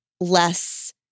less